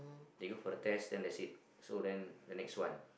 they go for the test then that's it so then the next one